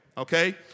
Okay